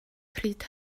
pryd